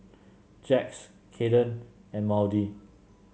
Jax Cayden and Maudie